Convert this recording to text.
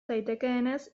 daitekeenez